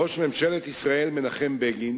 ראש ממשלת ישראל מנחם בגין